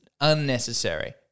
unnecessary